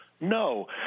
No